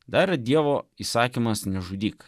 dar dievo įsakymas nežudyk